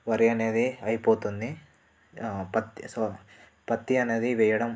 వరి అనేది అయిపోతుంది పత్తి సో పత్తి అనేది వెయ్యడం